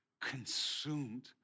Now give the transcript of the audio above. consumed